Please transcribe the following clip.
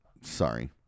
Sorry